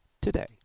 today